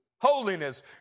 holiness